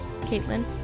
caitlin